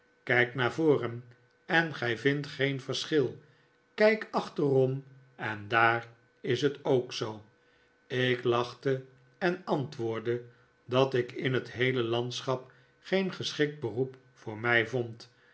kijk naar voren en gij vindt geen verschil kijk achterom en daar is het ook zoo ik lachte en antwoordde dat ik in het heele landschap geen geschikt beroep voor mij vond